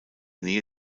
nähe